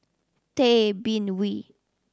Tay Bin Wee